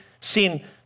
sin